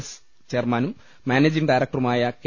S ചെയർമാനും managing ഡയറക്ടറുമായ K